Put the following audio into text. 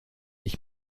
ich